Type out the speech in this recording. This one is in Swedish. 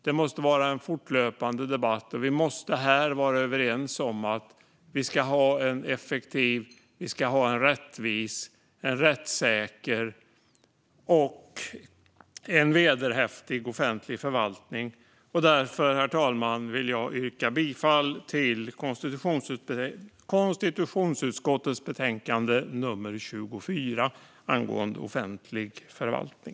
Det måste vara en fortlöpande debatt, och vi måste här vara överens om att vi ska ha en effektiv, rättvis, rättssäker och vederhäftig offentlig förvaltning. Herr talman! Därför vill jag yrka bifall till utskottets förslag i konstitutionsutskottets betänkande nummer 24 angående offentlig förvaltning.